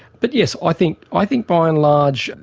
but yes, i think i think by and large, and